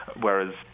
Whereas